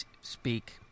speak